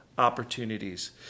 opportunities